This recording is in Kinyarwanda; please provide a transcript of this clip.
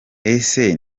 ese